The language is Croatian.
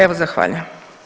Evo, zahvaljujem.